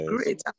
Great